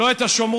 מהו ההסדר